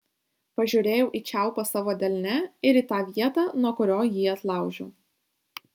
pažiūrėjau į čiaupą savo delne ir į tą vietą nuo kurio jį atlaužiau